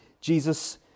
Jesus